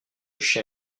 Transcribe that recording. chien